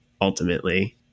ultimately